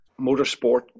motorsport